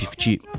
50